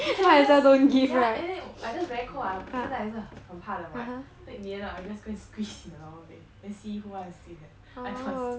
you can just yeah and then I just very cold 我现在还是很怕冷 [what] so in the end up I just go and squeeze in the normal bed then see who wanna sleep there I don't wanna sleep there